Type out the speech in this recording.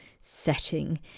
setting